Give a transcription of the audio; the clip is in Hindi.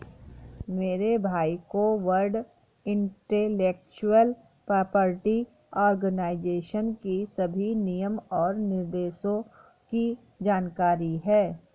मेरे भाई को वर्ल्ड इंटेलेक्चुअल प्रॉपर्टी आर्गेनाईजेशन की सभी नियम और निर्देशों की जानकारी है